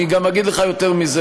אני גם אגיד לך יותר מזה.